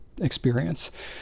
experience